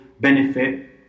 benefit